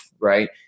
right